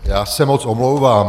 Já se moc omlouvám.